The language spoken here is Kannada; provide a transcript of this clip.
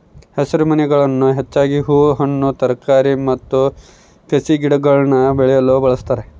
ಹಸಿರುಮನೆಗಳನ್ನು ಹೆಚ್ಚಾಗಿ ಹೂ ಹಣ್ಣು ತರಕಾರಿ ಮತ್ತು ಕಸಿಗಿಡಗುಳ್ನ ಬೆಳೆಯಲು ಬಳಸ್ತಾರ